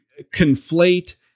conflate